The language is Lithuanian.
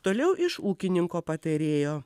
toliau iš ūkininko patarėjo